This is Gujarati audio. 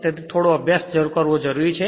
તેથી થોડો થોડો અભ્યાસ કરવો જરૂરી છે